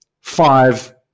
five